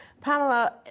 Pamela